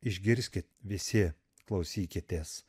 išgirskit visi klausykitės